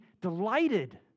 delighted